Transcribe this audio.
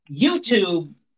YouTube